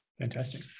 Fantastic